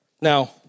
Now